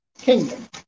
kingdom